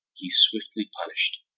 he's swiftly punished.